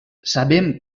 sabem